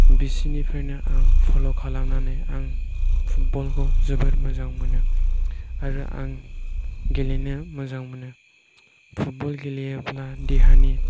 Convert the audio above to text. बिसोरनिफ्रायनो आं फल' खालामनानै आं फुटब'ल खौ जोबोद मोजां मोनो आरो आं गेलेनो मोजां मोनो फुटब'ल गेलेयोब्ला देहानि